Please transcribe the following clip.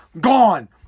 Gone